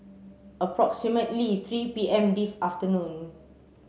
approximately three P M this afternoon